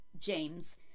James